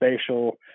spatial